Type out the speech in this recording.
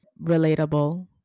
relatable